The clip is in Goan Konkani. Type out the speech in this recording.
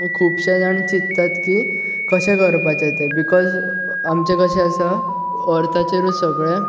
खूबशें जाण चित्तात की कशें करपाचें तें बिकाॅझ आमचें कशें आसा अर्थाचेरूच सगळें